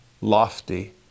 lofty